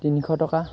তিনিশ টকা